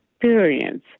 experience